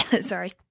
sorry